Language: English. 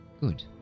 good